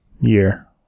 year